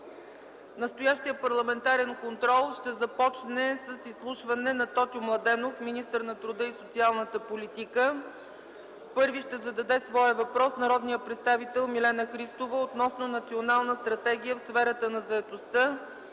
Настоящият парламентарен контрол ще започне с изслушване на Тотю Младенов – министър на труда и социалната политика. Първа ще зададе своя въпрос народният представител Милена Христова относно национална стратегия в сферата на заетостта